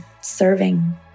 serving